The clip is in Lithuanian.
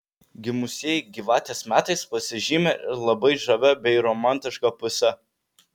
gimusieji gyvatės metais pasižymi ir labai žavia bei romantiška puse